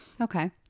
Okay